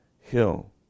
hill